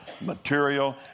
material